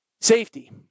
Safety